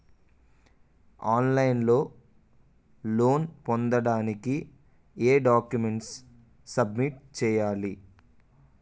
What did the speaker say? On line లో loan పొందటానికి ఎం డాక్యుమెంట్స్ సబ్మిట్ చేయాలి?